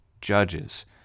judges